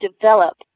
develop